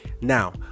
Now